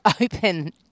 open